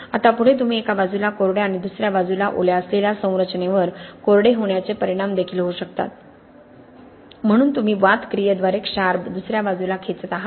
आता पुढे तुम्ही एका बाजूला कोरड्या आणि दुसऱ्या बाजूला ओल्या असलेल्या संरचनेवर कोरडे होण्याचे परिणाम देखील होऊ शकतात म्हणून तुम्ही वात क्रियेद्वारे क्षार दुसऱ्या बाजूला खेचत आहात